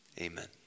amen